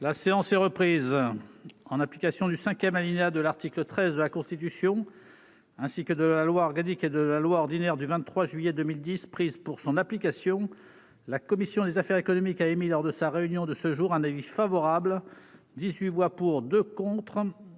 La séance est reprise en application du cinquième alinéa de l'article 13 de la Constitution, ainsi que de la loi organique et de la loi ordinaire du 23 juillet 2010 prises pour son application, la commission des affaires économiques, a émis lors de sa réunion de ce jour, un avis favorable 18 voix pour, 2 contre